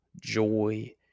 joy